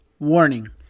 Warning